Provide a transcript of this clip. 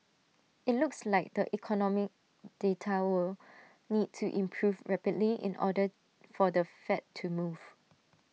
IT looks like the economic data will need to improve rapidly in order for the fed to move